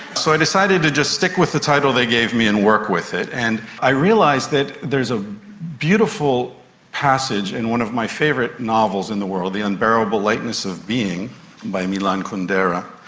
so i decided to just stick with the title they gave me and work with it. and i realised that there is a beautiful passage in one of my favourite novels in the world, the unbearable lightness of being by milan kundera,